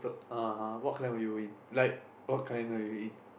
(uh huh) what clan were you in like what clan are you in